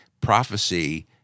prophecy